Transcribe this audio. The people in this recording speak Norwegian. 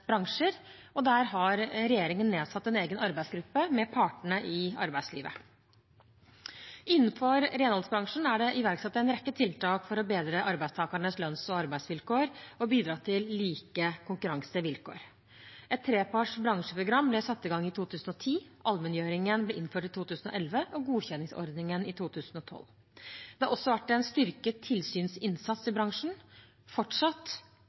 bransjer, og der har regjeringen nedsatt en egen arbeidsgruppe med partene i arbeidslivet. Innenfor renholdsbransjen er det iverksatt en rekke tiltak for å bedre arbeidstakernes lønns- og arbeidsvilkår og bidra til like konkurransevilkår. Et treparts bransjeprogram ble satt i gang i 2010, allmenngjøringen ble innført i 2011 og godkjenningsordningen i 2012. Det har også vært en styrket tilsynsinnsats i bransjen. Fortsatt